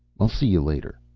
i'll see you later.